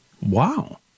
Wow